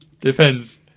depends